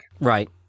Right